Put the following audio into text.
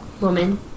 woman